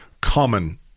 common